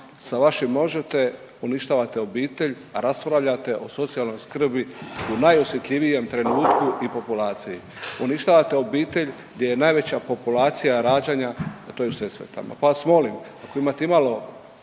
Sa vašim možete uništavate obitelj, a raspravljate o socijalnoj skrbi u najosjetljivijem trenutku i populaciji. Uništavate obitelj gdje je najveća populacija rađanja, a to je u Sesvetama. Pa vas molim ako imate imalo